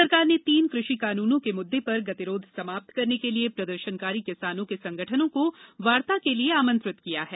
सरकार ने तीन कृषि कानूनों के मुद्दे पर गतिरोध समाप्त करने के लिए प्रदर्शनकारी किसानों के संगठनों को वार्ता के लिए आमंत्रित किया है